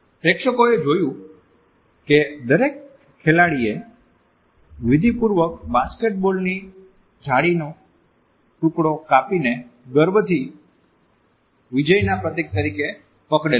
પ્રેક્ષકોએ જોયું કે દરેક ખેલાડીએ વિધિપૂર્વક બાસ્કેટબોલ ની ઝાળીનો ટુકડો કાપીને ગર્વથી વિજયના પ્રતીક તરીકે પકડેલો હતો